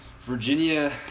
Virginia